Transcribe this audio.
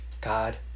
God